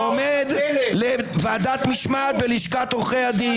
אין לי ציפיות ממי שמאמת תצהירים כוזבים